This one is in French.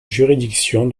juridiction